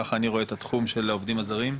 ככה אני רואה את התחום של העובדים הזרים,